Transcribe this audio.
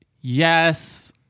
yes